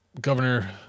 Governor